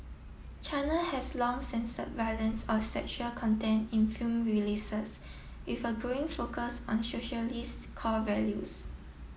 China has long censored violence or sexual content in film releases with a growing focus on socialist core values